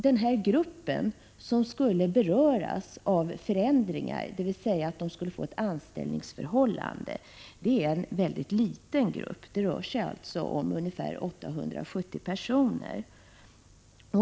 Den grupp människor som skulle beröras av förändringar om de skulle få ett anställningsförhållande är en mycket liten grupp — det rör sig om ungefär 870 personer.